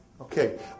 Okay